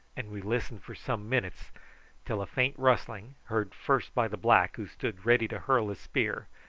and we listened for some minutes till a faint rustling, heard first by the black, who stood ready to hurl his spear,